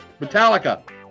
Metallica